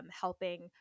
helping